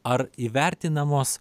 ar įvertinamos